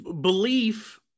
belief